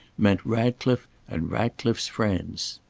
meant ratcliffe and ratcliffe's friends.